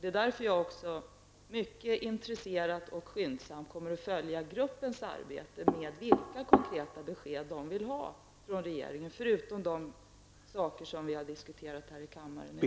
Det är också därför som jag mycket intresserat och skyndsamt kommer att följa gruppens arbete för att få veta vilka konkreta besked man vill ha från regeringen förutom de saker som vi diskuterar här i kammaren i dag.